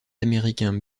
américain